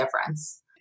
difference